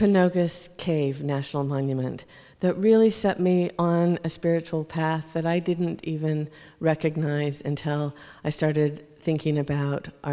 no this cave national monument that really set me on a spiritual path that i didn't even recognize until i started thinking about our